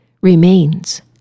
remains